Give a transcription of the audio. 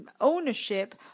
ownership